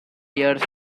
years